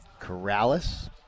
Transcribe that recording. Corrales